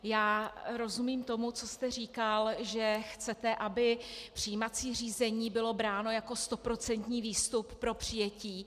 Já rozumím tomu, co jste říkal, že chcete, aby přijímací řízení bylo bráno jako stoprocentní výstup pro přijetí.